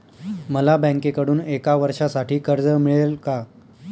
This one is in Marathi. मला बँकेकडून एका वर्षासाठी कर्ज मिळेल का?